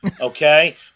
okay